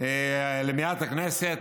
במליאת הכנסת.